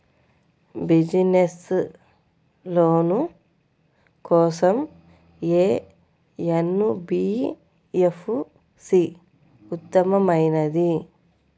Business loan కోసం ఏ NBFC ఉత్తమమైనది?